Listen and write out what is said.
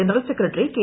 general secretary K